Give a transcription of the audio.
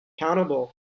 accountable